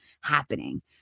happening